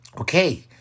Okay